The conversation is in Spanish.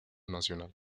nacional